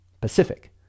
Pacific